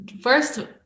first